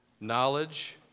knowledge